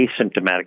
asymptomatic